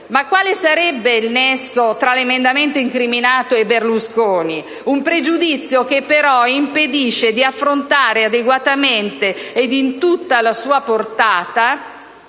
Ma quale sarebbe il nesso tra l'emendamento incriminato e Berlusconi? Si tratta, però, di un pregiudizio che impedisce di affrontare adeguatamente ed in tutta la sua portata